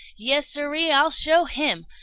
yes, sir-e-e, i'll show him!